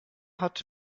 hat